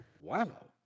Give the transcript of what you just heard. Wow